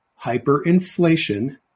hyperinflation